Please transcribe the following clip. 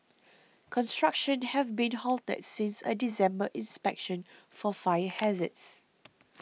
construction have been halted since a December inspection for fire hazards